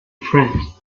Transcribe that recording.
friend